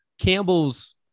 Campbell's